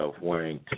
wearing